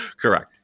Correct